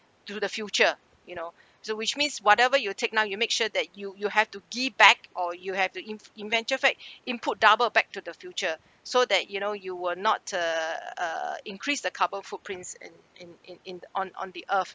do the future you know so which means whatever you take now you make sure that you you have to give back or you have to inf~ in venture fact in put doubled back to the future so that you know you will not uh uh increase the carbon footprints in in in in on on the earth